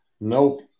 Nope